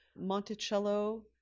Monticello